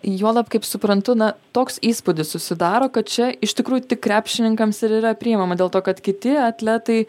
juolab kaip suprantu na toks įspūdis susidaro kad čia iš tikrųjų tik krepšininkams ir yra priimama dėl to kad kiti atletai